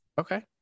Okay